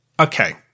Okay